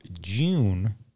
June